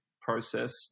process